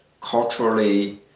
culturally